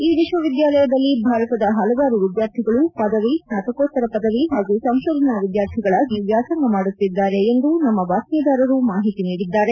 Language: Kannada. ಈ ವಿಶ್ಲವಿದ್ಯಾಲಯದಲ್ಲಿ ಭಾರತದ ಹಲವಾರು ವಿದ್ಯಾರ್ಥಿಗಳು ಪದವಿ ಸ್ನಾತಕೋತ್ತರ ಪದವಿ ಹಾಗೂ ಸಂಶೋಧನಾ ವಿದ್ಯಾರ್ಥಿಗಳಾಗಿ ವ್ಯಾಸಂಗ ಮಾಡುತ್ತಿದ್ದಾರೆ ಎಂದು ನಮ್ಮ ಬಾತ್ಮೀದಾರರು ಮಾಹಿತಿ ನೀಡಿದ್ದಾರೆ